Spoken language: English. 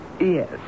Yes